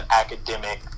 academic